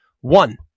One